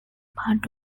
part